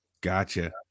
Gotcha